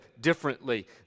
differently